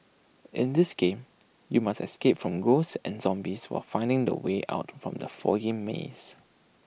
in this game you must escape from ghosts and zombies while finding the way out from the foggy maze